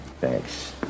Thanks